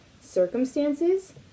circumstances